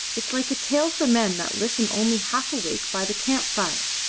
it is like a tale for men that listen only half awake by the camp fire,